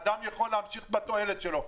האדם יכול להמשיך בתועלת שלו.